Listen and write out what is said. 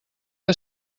que